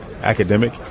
academic